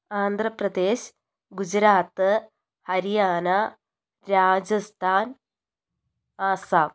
Andhra Pradesh Gujarat Haryana Rajasthan Assam